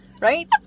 Right